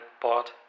bought